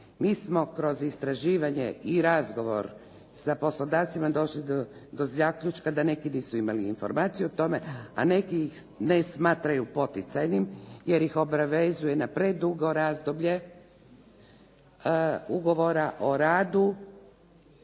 Mi smo kroz istraživanje i razgovor sa poslodavcima došli do zaključka da neki nisu imali informaciju o tome a neki ih ne smatraju poticajnim, jer ih obavezuje na predugo razdoblje ugovora o radu